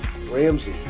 Ramsey